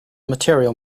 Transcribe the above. material